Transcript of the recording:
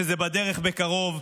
שזה בדרך בקרוב,